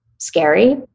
scary